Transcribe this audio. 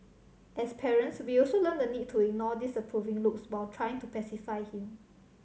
as parents we also learn the need to ignore disapproving looks while trying to pacify him